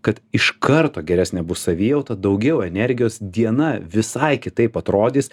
kad iš karto geresnė bus savijauta daugiau energijos diena visai kitaip atrodys